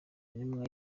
intumwa